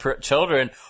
children